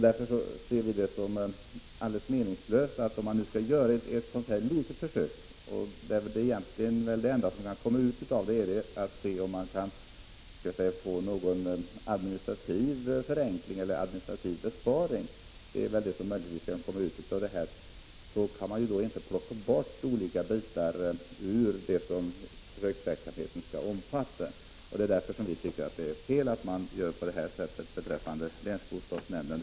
Det enda som möjligen kan komma ut av ett sådant här litet försök är att man skulle kunna se om det blir någon administrativ förenkling eller besparing. Men då kan man inte plocka bort olika bitar ur det som försöksverksamheten skall omfatta. Det är därför som vi tycker att det är fel att göra på detta sätt beträffande länsbostadsnämnderna.